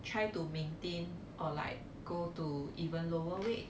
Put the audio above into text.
try to maintain or like go to even lower weight